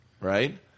right